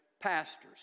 pastors